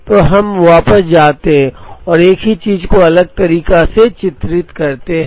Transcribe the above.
तो अब हम वापस जाते हैं और एक ही चीज़ को अलग तरीके से चित्रित करते हैं